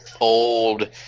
old